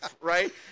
right